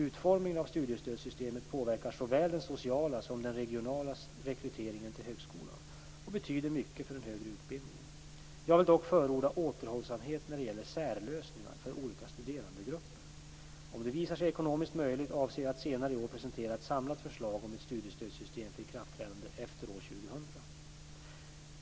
Utformningen av studiestödssystemet påverkar såväl den sociala som den regionala rekryteringen till högskolan och betyder mycket för den högre utbildningen. Jag vill dock förorda återhållsamhet när det gäller särlösningar för olika studerandegrupper. Om det visar sig ekonomiskt möjligt avser jag att senare i år presentera ett samlat förslag om studiestödssystemet för ikraftträdande efter år 2000.